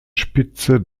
spitze